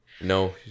No